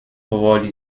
powoli